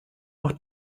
macht